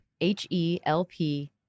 H-E-L-P